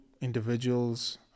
individuals